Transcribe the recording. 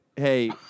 Hey